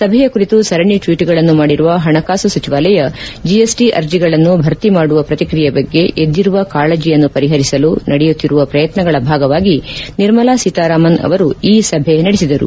ಸಭೆಯ ಕುರಿತು ಸರಣಿ ಟ್ವೀಟ್ಗಳನ್ನು ಮಾಡಿರುವ ಹಣಕಾಸು ಸಚಿವಾಲಯ ಜಿಎಸ್ಟಿ ಅರ್ಜಿಗಳನ್ನು ಭರ್ತಿ ಮಾಡುವ ಪ್ರಕ್ರಿಯೆ ಬಗ್ಗೆ ಎದ್ದಿರುವ ಕಾಳಜಿಯನ್ನು ಪರಿಹರಿಸಲು ನಡೆಯುತ್ತಿರುವ ಪ್ರಯತ್ನಗಳ ಭಾಗವಾಗಿ ನಿರ್ಮಲಾ ಸೀತಾರಾಮನ್ ಅವರು ಈ ಸಭೆ ನಡೆಸಿದರು